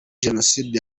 jenoside